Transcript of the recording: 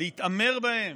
להתעמר בהם?